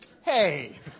Hey